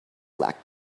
lack